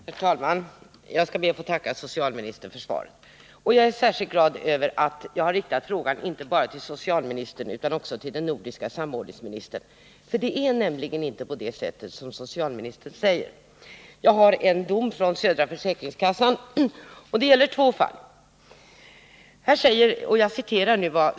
Herr talman! Jag skall be att få tacka socialministern för svaret. Jag är särskilt glad över att jag riktat frågan inte bara till socialministern utan också till den nordiska samordningsministern. Det förhåller sig nämligen inte så som socialministern säger i svaret. Jag har här en dom i ett ärende från södra försäkringskassan som gäller två fall.